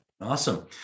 Awesome